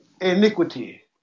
iniquity